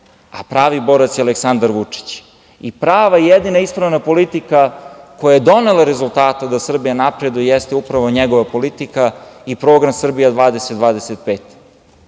a pravi borac je Aleksandar Vučić. Prava i jedina ispravna politika koja je donela rezultate da Srbija napreduje jeste upravo njegova politika i program Srbija 20-25.